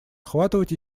охватывать